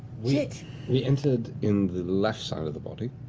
we we entered in the left side of the body?